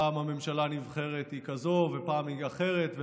פעם הממשלה הנבחרת היא כזאת ופעם היא אחרת,